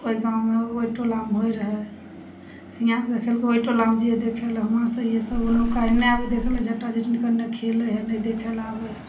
ओहि गाममे ओहि टोलामे होइ रहै से हियाँसँ खेलिकऽ ओहि टोलामे जइए देखैलए हुआँसँ अइए सभ ओनुक्का एन्ने आबै देखैलए जटा जटिन कोना खेलै हइ एन्ने देखैलए आबै